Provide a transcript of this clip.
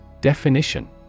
Definition